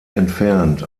entfernt